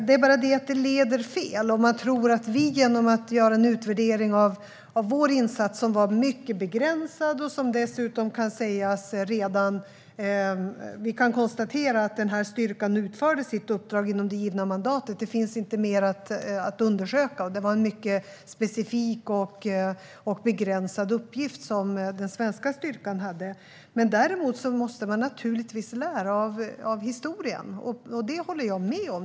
Det är bara det att det leder fel om man tror att vi kan få svar på det genom att göra en utvärdering av vår insats som var mycket begränsad, och vi kan dessutom konstatera att den här styrkan utförde sitt uppdrag inom det givna mandatet. Det finns inte mer att undersöka, och det var en mycket specifik och begränsad uppgift som den svenska styrkan hade. Däremot måste man naturligtvis lära av historien. Det håller jag med om.